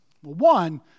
one